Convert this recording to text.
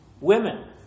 Women